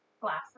glasses